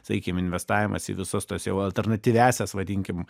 sakykim investavimas į visus tuos jau alternatyviąsias vadinkim